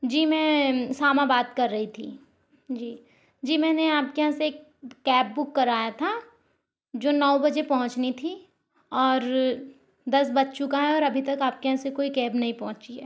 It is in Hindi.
जी मैं सामा बात कर रही थी जी जी मैंने आपके यहाँ से एक कैब बुक कराया था जो नौ बजे पहुँचनी थी और दस बज चुका है और अभी तक आपके यहाँ से कोई कैब नहीं पहुँची है